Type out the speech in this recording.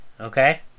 Okay